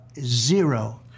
Zero